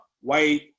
white